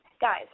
guys